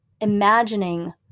imagining